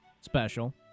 special